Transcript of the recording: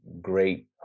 great